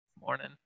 morning